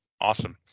Awesome